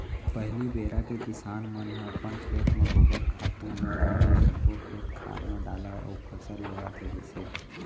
पहिली बेरा के किसान मन ह अपन खेत म गोबर खातू ल बने सब्बो खेत खार म डालय अउ फसल लेवत रिहिस हे